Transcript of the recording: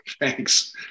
Thanks